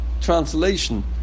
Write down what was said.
translation